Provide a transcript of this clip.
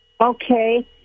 Okay